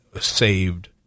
saved